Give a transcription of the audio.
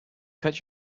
cut